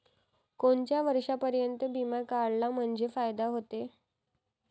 कोनच्या वर्षापर्यंत बिमा काढला म्हंजे फायदा व्हते?